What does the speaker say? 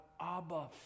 abba